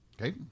Okay